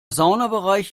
saunabereich